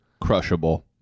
crushable